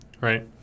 Right